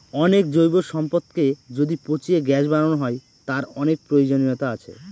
অনেক জৈব সম্পদকে যদি পচিয়ে গ্যাস বানানো হয়, তার অনেক প্রয়োজনীয়তা আছে